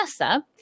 NASA